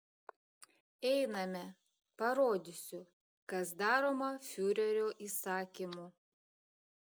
einame parodysiu kas daroma fiurerio įsakymu